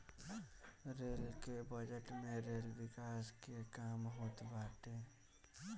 rail के budget में rail विकास के काम होत बाटे